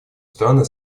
страны